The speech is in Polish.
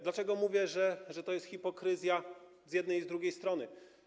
Dlaczego mówię, że to jest hipokryzja i z jednej, i z drugiej strony?